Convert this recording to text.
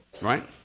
Right